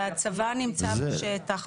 שהצבא נמצא בשטח,